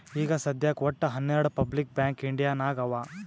ಈಗ ಸದ್ಯಾಕ್ ವಟ್ಟ ಹನೆರ್ಡು ಪಬ್ಲಿಕ್ ಬ್ಯಾಂಕ್ ಇಂಡಿಯಾ ನಾಗ್ ಅವಾ